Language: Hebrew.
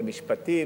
המשפטים,